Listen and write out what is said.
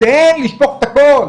תן לשפוך את הכול.